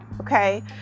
Okay